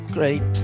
Great